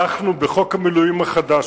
אנחנו בחוק המילואים החדש,